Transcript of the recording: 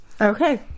Okay